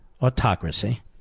autocracy